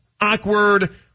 awkward